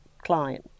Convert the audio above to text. client